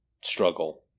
struggle